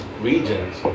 regions